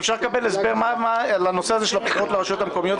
אפשר לקבל הסבר על הנושא הזה של הבחירות לרשויות המקומיות?